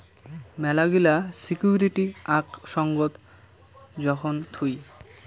মেলাগিলা সিকুইরিটি আক সঙ্গত যখন থুই